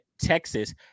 Texas